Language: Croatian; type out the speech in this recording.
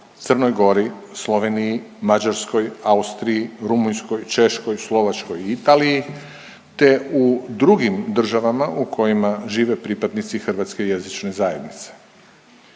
Crnoj Gori, Sloveniji, Mađarskoj, Austriji, Rumunjskoj, Češkoj, Slovačkoj, Italiji te u drugim državama u kojima žive pripadnici hrvatske jezične zajednice.